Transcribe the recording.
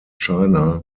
china